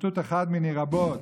ציטוט אחד מיני רבים.